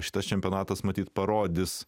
šitas čempionatas matyt parodys